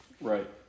Right